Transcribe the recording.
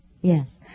Yes